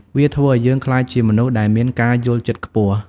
វាធ្វើឱ្យយើងក្លាយជាមនុស្សដែលមានការយល់ចិត្ត ខ្ពស់។